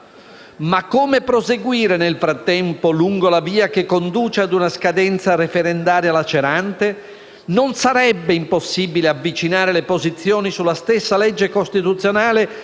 Ma come proseguire nel frattempo lungo la via che conduce ad una scadenza referendaria lacerante? Non sarebbe impossibile avvicinare le posizioni sulla stessa legge costituzionale,